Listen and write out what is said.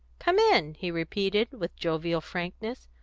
come in! he repeated, with jovial frankness.